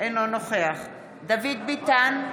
אינו נוכח דוד ביטן,